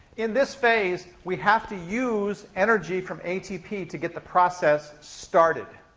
in this phase, we have to use energy from atp to get the process started.